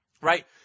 Right